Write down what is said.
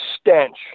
stench